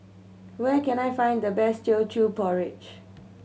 where can I find the best Teochew Porridge